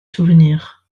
souvenir